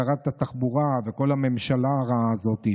שרת התחבורה וכל הממשלה הרעה הזאת,